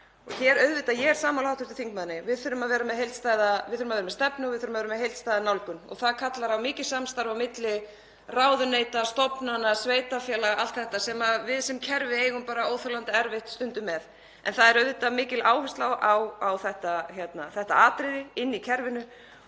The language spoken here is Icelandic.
sem eru óþægileg. Ég er sammála hv. þingmanni um að við þurfum að vera með heildstæða stefnu og við þurfum heildstæða nálgun og það kallar á mikið samstarf á milli ráðuneyta, stofnana sveitarfélaga, allt þetta, sem við sem kerfi eigum bara óþolandi erfitt stundum með. En það er auðvitað mikil áhersla á þetta atriði inni í kerfinu